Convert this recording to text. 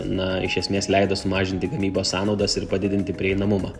na iš esmės leido sumažinti gamybos sąnaudas ir padidinti prieinamumą